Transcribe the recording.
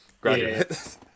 graduates